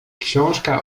książka